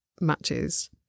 matches